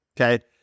Okay